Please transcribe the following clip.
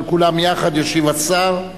על כולן יחד ישיב השר.